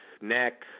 neck